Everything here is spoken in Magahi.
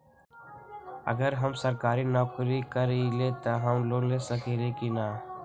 अगर हम सरकारी नौकरी करईले त हम लोन ले सकेली की न?